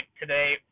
today